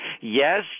Yes